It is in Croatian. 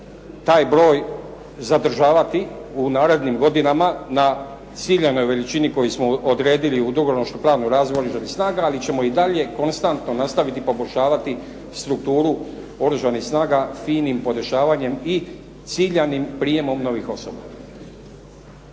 taj broj zadržavati u narednim godinama na ciljanoj veličini koju smo odredili u dugoročnom planu razvoja Oružanih snaga, ali ćemo i dalje konstantno nastaviti pokušavati strukturu Oružanih snaga finim podešavanjem i ciljanim prijemom novih osoba.